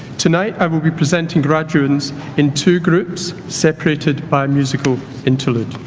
tonight, i will be presenting graduates in two groups separated by a musical interlude.